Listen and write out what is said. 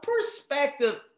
perspective